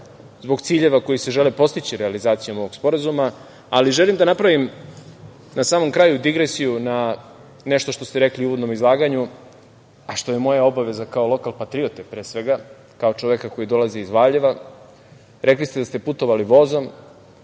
zbog ciljeva koji se želi postići realizacijom ovog sporazuma, ali želim da napravim, na samom kraju, digresiju na nešto što ste rekli u uvodnom izlaganju, a što je moja obaveza kao lokal patriote pre svega, kao čoveka koji dolazi iz Valjeva. Rekli ste da ste putovali vozom